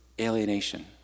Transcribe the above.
alienation